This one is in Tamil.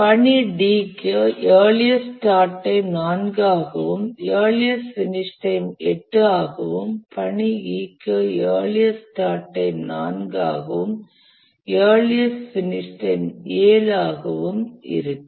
பணி D க்கு இயர்லியஸ்ட் ஸ்டார்ட் டைம் 4 ஆகவும் இயர்லியஸ்ட் பினிஷ் டைம் 8 ஆகவும் பணி E க்கு இயர்லியஸ்ட் ஸ்டார்ட் டைம் 4 ஆகவும் இயர்லியஸ்ட் பினிஷ் டைம் 7 ஆகவும் இருக்கும்